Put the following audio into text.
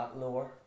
lower